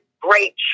great